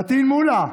פטין מולא,